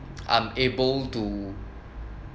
I'm able to